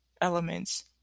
elements